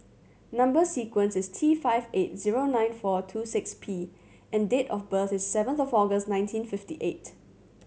number sequence is T five eight zero nine four two six P and date of birth is seventh of August nineteen fifty eight